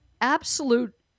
absolute